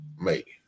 make